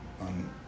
on